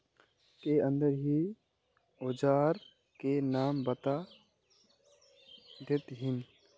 के अंदर ही औजार के नाम बता देतहिन?